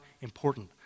important